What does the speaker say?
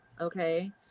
Okay